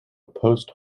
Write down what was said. post